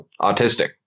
autistic